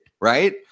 right